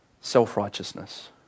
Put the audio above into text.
self-righteousness